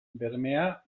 bermea